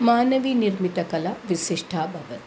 मानवनिर्मितकला विशिष्टा भवति